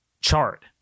chart